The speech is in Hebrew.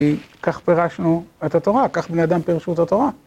כי כך פירשנו את התורה, כך בני אדם פירשו את התורה.